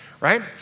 right